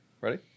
Ready